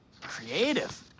creative